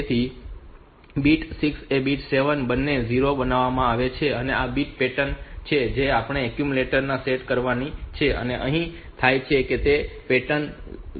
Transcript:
તેથી બીટ 6 અને બીટ 7 બંને ને 0 બનાવવામાં આવે છે તેથી આ બીટ પેટર્ન છે જે આપણે એક્યુમ્યુલેટર માં સેટ કરવાની છે અને તે અહીં થાય છે તેથી આ પેટર્ન 0A છે